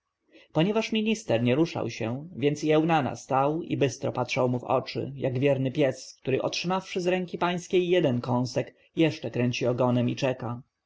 ponieważ minister nie ruszył się więc i eunana stał i bystro patrzył mu w oczy jak wierny pies który otrzymawszy z ręki pańskiej jeden kąsek jeszcze kręci ogonem i czeka